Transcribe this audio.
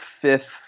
fifth